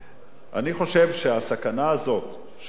אני חושב שהסכנה הזאת מרחפת